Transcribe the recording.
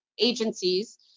agencies